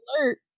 alert